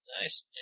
Nice